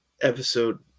episode